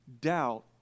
Doubt